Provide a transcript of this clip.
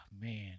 man